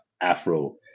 Afro